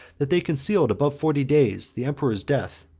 that they concealed above forty days the emperor's death,